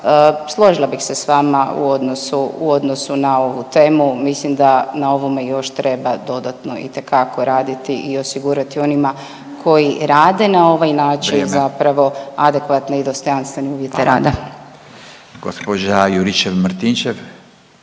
Složila bih se s vama u odnosu na ovu temu, mislim da na ovome treba dodatno itekako raditi i osigurati onima koji rade na ovaj način …/Upadica Radin: Vrijeme./… zapravo adekvatne i dostojanstvene uvjete